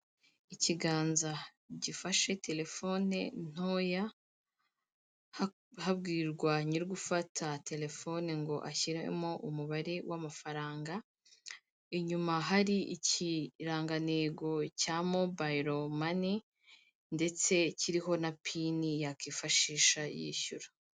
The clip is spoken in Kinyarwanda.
Ikiganza gifashe telefone ntoya habwirwa nyiri ugufatirwa telefone ngo ashyiremo umubare w'amafaranga inyuma hari ikirangantego cya mobayiro mani ndetse kiriho na pini yakwifashisha yishyura.